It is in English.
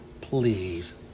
please